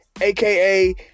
aka